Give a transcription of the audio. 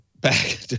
back